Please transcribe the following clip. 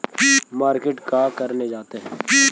Market का करने जाते हैं?